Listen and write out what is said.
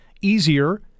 easier